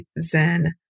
zen